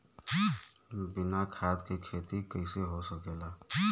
बिना खाद के खेती कइसे हो सकेला?